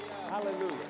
Hallelujah